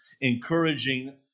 encouraging